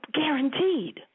guaranteed